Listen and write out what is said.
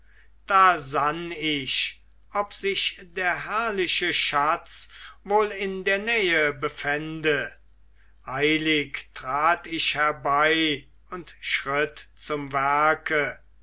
da sann ich ob sich der herrliche schatz wohl in der nähe befände eilig trat ich herbei und schritt zum werke